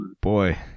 Boy